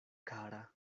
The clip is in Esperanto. kara